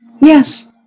Yes